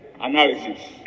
analysis